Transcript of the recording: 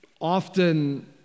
often